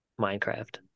Minecraft